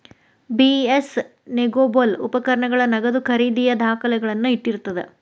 BS negotiable ಉಪಕರಣಗಳ ನಗದು ಖರೇದಿಯ ದಾಖಲೆಗಳನ್ನ ಇಟ್ಟಿರ್ತದ